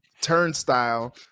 turnstile